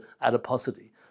adiposity